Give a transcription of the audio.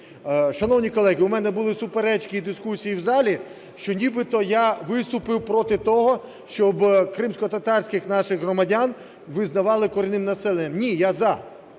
Шановні колеги, у мене були суперечки і дискусії в залі, що нібито я виступив проти того, щоб кримськотатарських наших громадян визнавали корінним населенням. Ні, я – за.